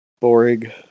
boring